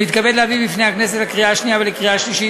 אני מתכבד להביא בפני הכנסת לקריאה שנייה ולקריאה שלישית